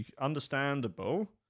understandable